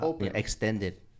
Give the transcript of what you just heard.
extended